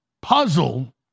puzzle